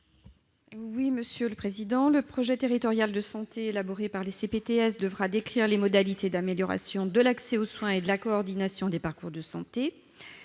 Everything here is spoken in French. n° 209 rectifié. Le projet territorial de santé élaboré par les CPTS devra décrire les modalités d'amélioration de l'accès aux soins et de la coordination des parcours de santé.